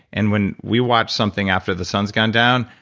and when we watch something after the sun is gone down,